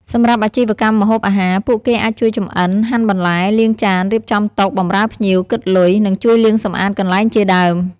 សម្រាប់អាជីវកម្មម្ហូបអាហារ ពួកគេអាចជួយចម្អិន ហាន់បន្លែ លាងចាន រៀបចំតុ បម្រើភ្ញៀវ គិតលុយ និងជួយលាងសម្អាតកន្លែងជាដើម។